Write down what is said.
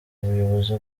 ubuyobozi